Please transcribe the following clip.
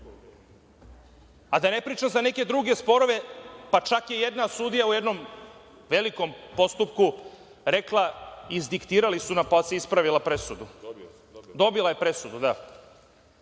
ne pričam za neke druge sporove, pa čak je jedan sudija u jednom velikom postupku rekla, izdiktirali su nam, pa su ispravili presudu, dobila je presudu.